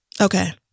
okay